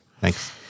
Thanks